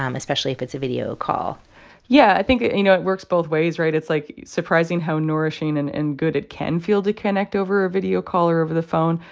um especially if it's a video call yeah. i think, you know, it works both ways, right? it's, like, surprising how nourishing and and good it can feel to connect over a video call or over the phone.